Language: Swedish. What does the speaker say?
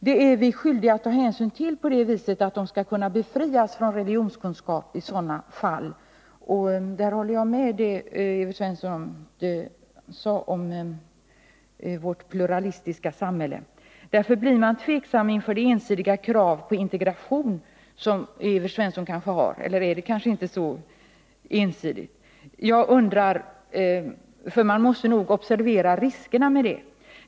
Vi är skyldiga att ta hänsyn till detta, eftersom de skall kunna befrias från religionskunskap i sådana fall, och jag håller med Evert Svensson om vad han sade om vårt pluralistiska samhälle. Man blir därför tveksam inför de ensidiga krav på integration som Evert Svensson har — eller är de inte så ensidiga? Vi måste nämligen observera riskerna med detta.